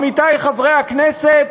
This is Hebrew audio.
עמיתי חברי כנסת,